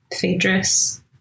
Phaedrus